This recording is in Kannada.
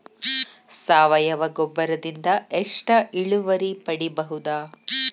ಸಾವಯವ ಗೊಬ್ಬರದಿಂದ ಎಷ್ಟ ಇಳುವರಿ ಪಡಿಬಹುದ?